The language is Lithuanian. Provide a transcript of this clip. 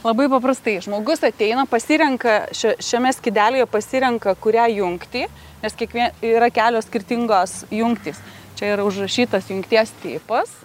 labai paprastai žmogus ateina pasirenka šia šiame skydelyje pasirenka kurią jungtį nes kiekvie yra kelios skirtingos jungtys čia yra užrašytas jungties tipas